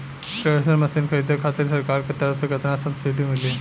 Thresher machine खरीदे खातिर सरकार के तरफ से केतना सब्सीडी मिली?